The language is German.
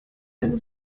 eine